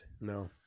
No